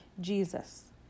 Jesus